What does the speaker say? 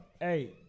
Hey